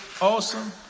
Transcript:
awesome